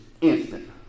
instant